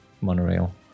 monorail